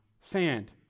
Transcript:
sand